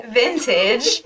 vintage